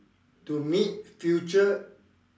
to meet future